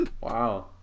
Wow